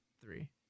three